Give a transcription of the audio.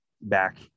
back